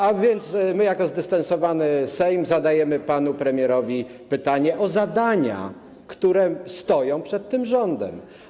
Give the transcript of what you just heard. A więc my jako zdystansowany Sejm zadajemy panu premierowi pytanie o zadania, które stoją przed tym rządem.